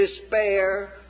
despair